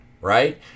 right